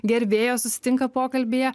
gerbėjos susitinka pokalbyje